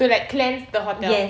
to like cleanse the hotel